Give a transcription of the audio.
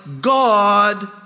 God